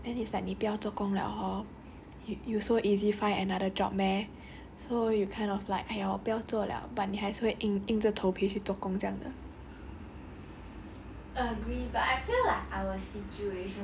like kind of like we are alone then you need money to survive then it's like 你不要做工 liao hor you you so easy find another job meh so you kind of like !aiya! 我不要做 but 你还是会硬着头皮去做工这样的